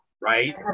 right